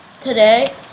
today